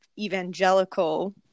evangelical